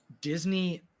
disney